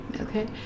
okay